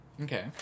Okay